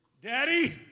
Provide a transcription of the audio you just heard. Daddy